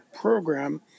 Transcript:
program